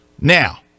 Now